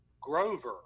Grover